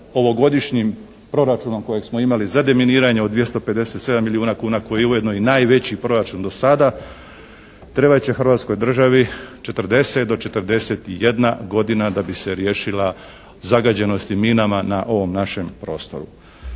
ovogodišnjim proračunom kojeg smo imali za deminiranje od 257 milijuna kuna koji je ujedno i najveći proračun do sada trebat će Hrvatskoj državi 40 do 41 godina da bi se riješila zagađenosti minama na ovom našem prostoru.